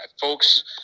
folks